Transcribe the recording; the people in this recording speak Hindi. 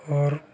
और